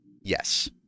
Yes